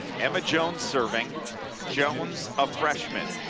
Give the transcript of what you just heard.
emma jones serving jones a freshman.